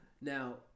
Now